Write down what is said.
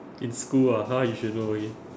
in school ah ha you should know okay